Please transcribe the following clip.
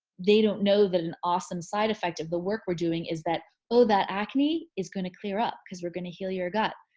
they don't know that an awesome side effect of the work we're doing is that, oh, that acne is gonna clear up cause we're gonna heal your gut.